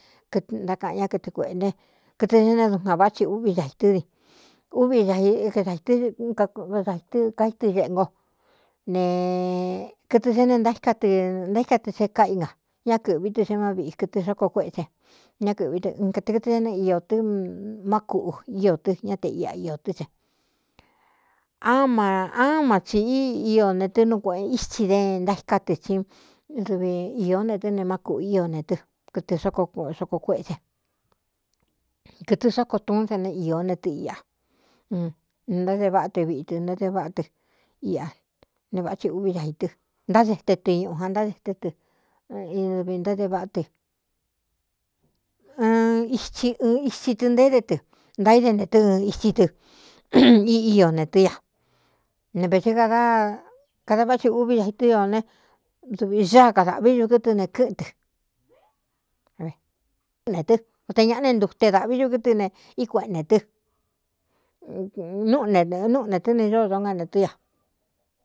Kɨ ntákaꞌan ñá kɨtɨ kuēꞌē ne kɨtɨ sé ne dukan váꞌ chi úꞌví daitɨ́ di úꞌvi aié daitɨ́ kdaitɨ kaítɨ xeꞌe ngo ne kɨtɨ sé ne ntaíká tɨ ntaíká tɨ se káꞌí nga ñá kɨ̄ꞌví tɨ se má viꞌi kɨtɨ xókoo kuéꞌse ñá kɨ̄ꞌví tɨ ɨnkaekɨtɨ é ne iō tɨ́ má kuꞌu íō tɨ ñá te iꞌa iō tɨ́ se á ma á ma tsī í ío ne tɨ́ núu kueꞌen ítsi dé ntaíká tɨ sí dɨvi īó ne tɨ́ ne má kūꞌu ío ne tɨ kɨtɨ ko xoko kuéꞌse kɨtɨ sóko tuún te ne ió ne tɨ iꞌa ne ntáde váꞌa tɨ viꞌi tɨ ntade váꞌa tɨ iꞌa ne váꞌáthi uꞌví daitɨ ntásete tɨi ñuꞌu a ntáde tɨ́ tɨ dvi ntáde váꞌa tɨ n itsi ɨɨn itsi tɨ ntaéde tɨ ntaíde ne tɨ́ ɨn itsi tɨ i íō ne tɨ́ ña ne vētɨ dakada vá ti uví daitɨ́ io ne dvi áa kadāꞌví du kɨtɨ ne kɨ́ꞌɨnɨꞌɨn nē tɨ́ o te ñāꞌa ne ntute dāꞌví du kɨtɨ ne í kueꞌe nē tɨ́ núꞌu ne nɨ̄ꞌɨ núꞌu netɨ́ ne ñódo ngá ne tɨ́ ña.